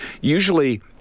Usually